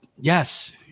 yes